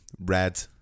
red